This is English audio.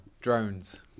Drones